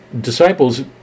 Disciples